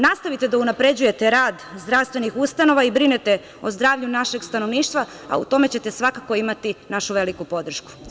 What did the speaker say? Nastavite da unapređujete rad zdravstvenih ustanova i brinete o zdravlju našeg stanovništva, a u tome ćete svakako imati našu veliku podršku.